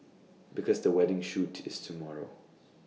because the wedding shoot is tomorrow